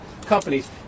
companies